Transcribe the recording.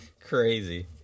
Crazy